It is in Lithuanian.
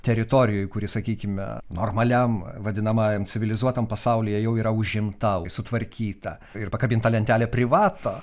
teritorijoj kuri sakykime normaliam vadinamajam civilizuotam pasaulyje jau yra užimta sutvarkyta ir pakabinta lentelė privata